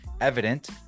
evident